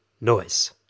Noise